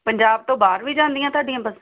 ਪੰਜਾਬ ਤੋਂ ਬਾਹਰ ਵੀ ਜਾਂਦੀਆਂ ਤੁਹਾਡੀਆਂ ਬੱਸਾਂ